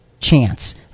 chance